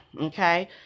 okay